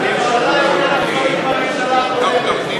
חבר הכנסת כהן,